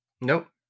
Nope